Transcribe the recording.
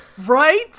Right